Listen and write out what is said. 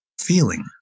feeling